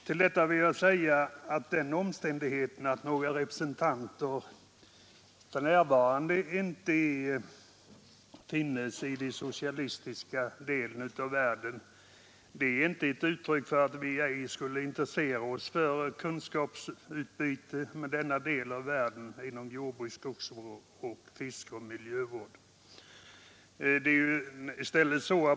Till detta vill jag säga att den omständigheten att några lantbruksrepresentanter för närvarande inte finns i den socialistiska delen av världen icke är uttryck för att vi ej skulle intressera oss för kunskapsutbyte med denna del av världen inom jordbruk, skogsbruk, fiske och miljövård.